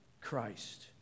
Christ